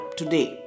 today